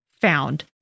found